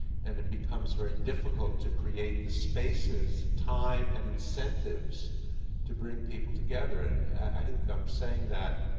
and it becomes very difficult to create the spaces, time and incentives to bring people together. and i think i'm saying that,